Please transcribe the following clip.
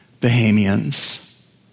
Bahamians